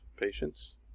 patients